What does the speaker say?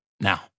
Now